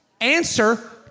Answer